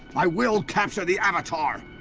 i will capture the avatar.